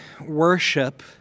worship